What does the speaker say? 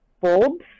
bulbs